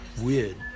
weird